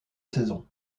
saison